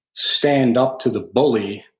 stand up to the bully,